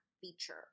feature